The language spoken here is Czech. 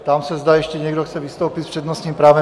Ptám se, zda ještě někdo chce vystoupit s přednostním právem.